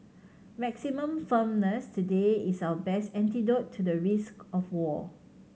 maximum firmness today is our best antidote to the risk of war